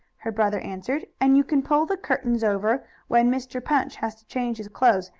her brother answered, and you can pull the curtains over when mr. punch has to change his clothes,